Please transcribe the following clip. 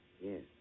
yes